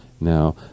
Now